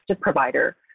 provider